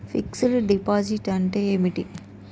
Fix డ్ deposit అంటే ఏమిటి?